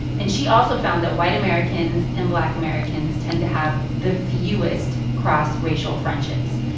and she also found that white americans and black americans tend to have the fewest cross-racial friendships.